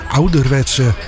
ouderwetse